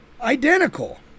identical